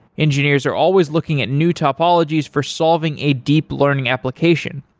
engineers are always looking at new topologies for solving a deep learning application,